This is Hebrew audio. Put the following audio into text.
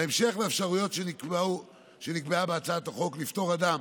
בהמשך לאפשרות שנקבעה בהצעת החוק לפטור אדם